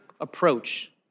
approach